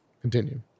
continue